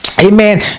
Amen